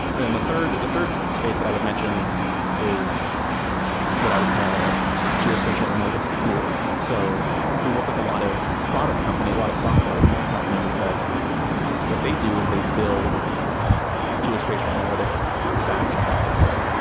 then the third the third space that i would mention is what i would call like geospatial analytic tools. so we work with a lot of product company, a lot of software companies that what they do is they build geospatial analytic saas products,